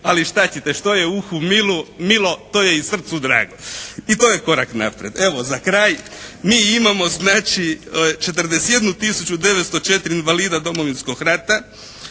Ali šta ćete, što je uhu milo to je i srcu drago. I to je korak naprijed. Evo za kraj, mi imamo znači 41 tisuću 904 invalida Domovinskog rata.